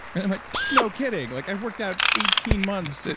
i'm like, no kidding. like i've worked out eighteen months,